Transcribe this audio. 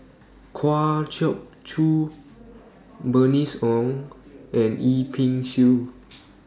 Kwa Geok Choo Bernice Ong and Yip Pin Xiu